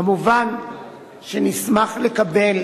כמובן שנשמח לקבל